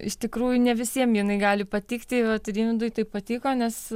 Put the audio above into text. iš tikrųjų ne visiem jinai gali patikti vat rimvydui tai patiko nes